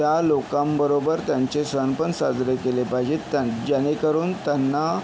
त्या लोकांबरोबर त्यांचे सण पण साजरे केले पाहिजेत त्यां जेणेकरून त्यांना